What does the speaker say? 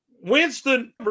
Winston